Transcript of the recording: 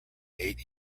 eight